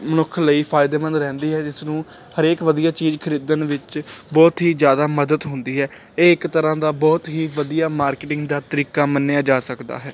ਮਨੁੱਖ ਲਈ ਫਾਇਦੇਮੰਦ ਰਹਿੰਦੀ ਹੈ ਜਿਸ ਨੂੰ ਹਰੇਕ ਵਧੀਆ ਚੀਜ਼ ਖਰੀਦਣ ਵਿੱਚ ਬਹੁਤ ਹੀ ਜ਼ਿਆਦਾ ਮਦਦ ਹੁੰਦੀ ਹੈ ਇਹ ਇੱਕ ਤਰ੍ਹਾਂ ਦਾ ਬਹੁਤ ਹੀ ਵਧੀਆ ਮਾਰਕਿਟਿੰਗ ਦਾ ਤਰੀਕਾ ਮੰਨਿਆ ਜਾ ਸਕਦਾ ਹੈ